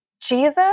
Jesus